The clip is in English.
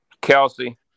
Kelsey